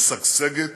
משגשגת,